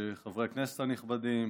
חברי הכנסת הנכבדים,